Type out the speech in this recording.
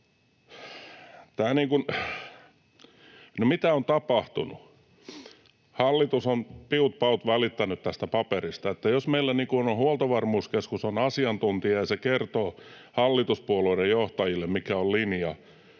mitä on tapahtunut? Hallitus on piut paut välittänyt tästä paperista. Jos meillä Huoltovarmuuskeskus on asiantuntija ja se kertoo hallituspuolueiden johtajille, mikä on linja